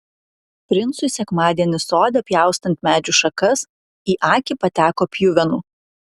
princui sekmadienį sode pjaustant medžių šakas į akį pateko pjuvenų